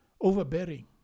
overbearing